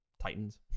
titans